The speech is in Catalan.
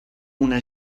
una